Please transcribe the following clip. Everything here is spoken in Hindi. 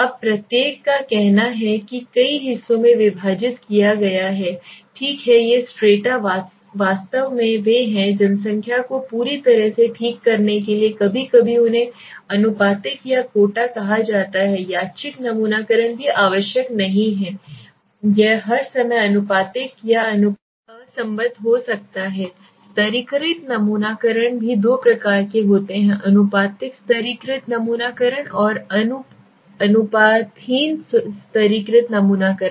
अब प्रत्येक का कहना है कि कई हिस्सों में विभाजित किया गया है ठीक है ये स्ट्रेटा वास्तव में वे है जनसंख्या को पूरी तरह से ठीक करने के लिए कभी कभी उन्हें आनुपातिक या कोटा कहा जाता है यादृच्छिक नमूनाकरण भी आवश्यक नहीं है कि यह हर समय आनुपातिक हो आनुपातिक यह असम्बद्ध हो सकता है स्तरीकृत नमूनाकरण भी दो प्रकार के होते हैं आनुपातिक स्तरीकृत नमूनाकरण और अनुपातहीन स्तरीकृत नमूनाकरण